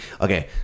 Okay